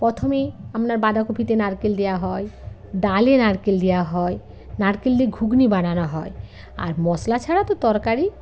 প্রথমেই আমনার বাঁদাকপিতে নারকেল দেওয়া হয় ডালে নারকেল দেওয়া হয় নারকেল দে ঘুগনি বানানো হয় আর মশলা ছাড়া তো তরকারি